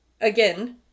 again